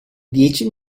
dieci